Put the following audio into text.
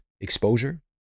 exposure